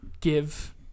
give